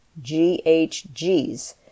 GHGs